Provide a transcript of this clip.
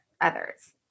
others